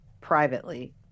privately